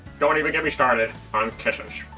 don't even get me started on kisses.